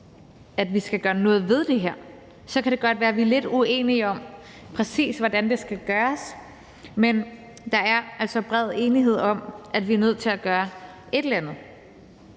at vi skal gøre noget ved det her. Så kan det godt være, at vi er lidt uenige om, præcis hvordan det skal gøres, men der er altså bred enighed om, at vi er nødt til at gøre et eller andet.